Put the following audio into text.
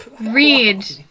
Read